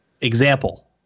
example